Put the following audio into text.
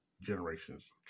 generations